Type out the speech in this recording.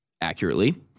accurately